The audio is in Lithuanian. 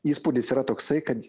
įspūdis yra toksai kad